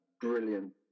brilliant